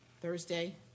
Thursday